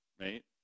right